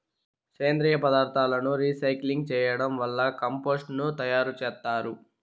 సేంద్రీయ పదార్థాలను రీసైక్లింగ్ చేయడం వల్ల కంపోస్టు ను తయారు చేత్తారు